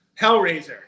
Hellraiser